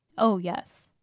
oh, yes!